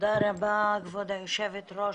תודה רבה כבוד יושבת הראש,